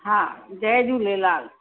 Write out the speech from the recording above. हा जय झूलेलाल